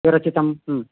विरचितं